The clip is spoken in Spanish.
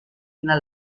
una